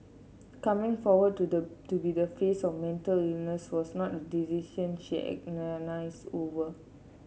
coming forward to the to be the face of mental illness was not a decision she agonise over